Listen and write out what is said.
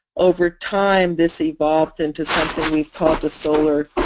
over time this evolved into something we called the solar